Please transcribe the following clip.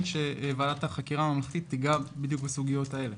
שוועדת החקירה הממלכתית תיגע בדיוק בסוגיות האלה